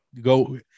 go